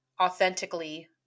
authentically